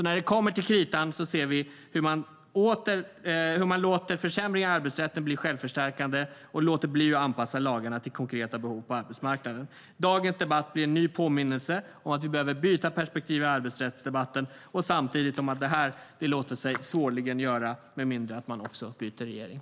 När det kommer till kritan ser vi hur man låter försämring av arbetsrätten bli förstärkande och låter bli att anpassa lagarna till konkreta behov på arbetsmarknaden. Dagens debatt blir en ny påminnelse om att vi behöver byta perspektiv i arbetsrättsdebatten och samtidigt om att det svårligen låter sig göras med mindre än att man också byter regering.